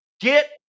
get